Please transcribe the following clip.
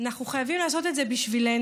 אנחנו חייבים לעשות את זה בשבילנו,